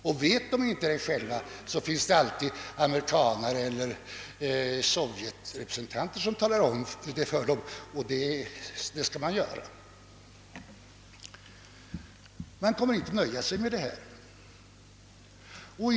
Och inser de det inte själva, finns det alltid amerikanare eller sovjetrepresentanter som talar om det för dem — och det skall man ju göra.